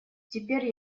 теперь